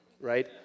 Right